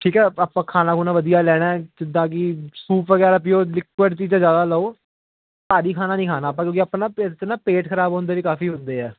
ਠੀਕ ਹੈ ਆਪਾਂ ਖਾਣਾ ਖੁਣਾ ਵਧੀਆ ਲੈਣਾ ਜਿੱਦਾਂ ਕਿ ਸੂਪ ਵਗੈਰਾ ਪੀਓ ਲਿਕੁਅਡ ਚੀਜ਼ਾਂ ਜ਼ਿਆਦਾ ਲਓ ਭਾਰੀ ਖਾਣਾ ਨਹੀ ਖਾਣਾ ਆਪਾਂ ਕਿਉਂਕਿ ਆਪਣਾ ਪੇਟ ਨਾ ਪੇਟ ਖ਼ਰਾਬ ਹੋਣ ਦੇ ਵੀ ਕਾਫੀ ਹੁੰਦੇ ਆ